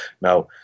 Now